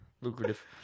Lucrative